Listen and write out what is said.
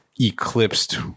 eclipsed